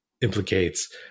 implicates